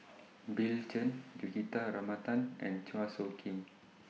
Bill Chen Juthika Ramanathan and Chua Soo Khim